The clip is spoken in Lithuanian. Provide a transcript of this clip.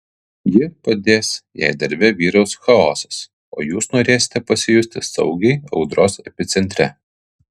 ji padės jei darbe vyraus chaosas o jūs norėsite pasijusti saugiai audros epicentre